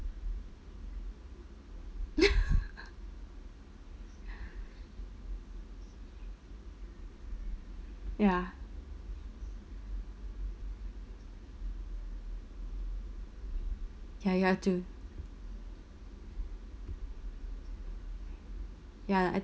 ya ya ya too ya I